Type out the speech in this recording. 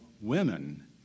women